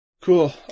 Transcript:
Cool